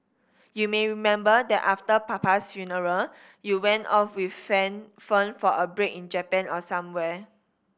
you may remember that after papa's funeral you went off with Fern Fern for a break in Japan or somewhere